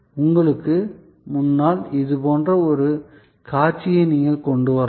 உங்களுக்கு முன்னால் இது போன்ற ஒரு காட்சியை நீங்கள் கொண்டு வரலாம்